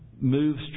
moves